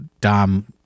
Dom